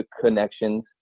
connections